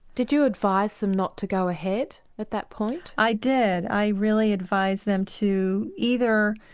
did you advise them not to go ahead at that point? i did, i really advised them to either